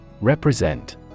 Represent